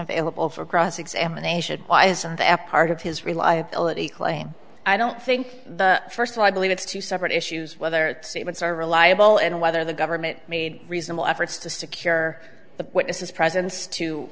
available for cross examination why isn't that a part of his reliability claim i don't think the first one i believe it's two separate issues whether statements are reliable and whether the government made reasonable efforts to secure the witnesses presence to